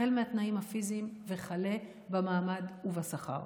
החל בתנאים הפיזיים וכלה במעמד ובשכר.